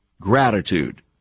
Gratitude